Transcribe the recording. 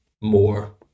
more